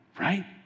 right